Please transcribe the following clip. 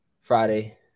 Friday